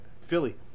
Philly